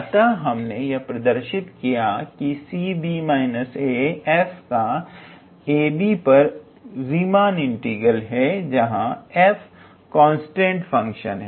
अतः हमने यह प्रदर्शित किया कि 𝑐𝑏−𝑎 f का ab पर रीमान इंटीग्रल है जहां f कांस्टेंट फंक्शन है